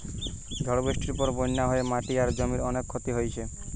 ঝড় বৃষ্টির পরে বন্যা হয়ে মাটি আর জমির অনেক ক্ষতি হইছে